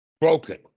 broken